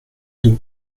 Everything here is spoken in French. deux